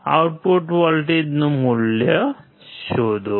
output વોલ્ટેજનું મૂલ્ય શોધો